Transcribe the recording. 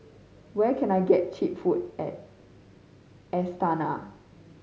where can I get cheap food at Astana